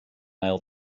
ail